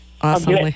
awesome